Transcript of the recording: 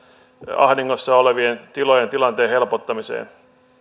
ahdingossa olevien tilojen tilanteen helpottamiseen